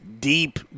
deep